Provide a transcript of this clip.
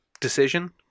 decision